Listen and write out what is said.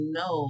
no